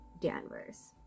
Danvers